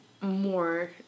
more